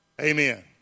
Amen